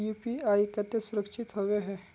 UPI केते सुरक्षित होबे है?